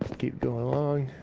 keep going along.